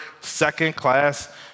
second-class